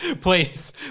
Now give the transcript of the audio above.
please